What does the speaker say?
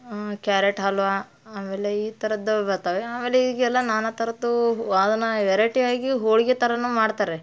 carrot halwa ಆಮೇಲೆ ಈ ಥರದ್ದೂ ಬರ್ತವೆ ಆಮೇಲೆ ಈಗೆಲ್ಲ ನಾನಾ ಥರದ ವೆರೈಟಿ ಆಗಿ ಹೋಳಿಗೆ ಥರನೂ ಮಾಡ್ತಾರೆ